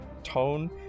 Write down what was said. tone